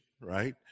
right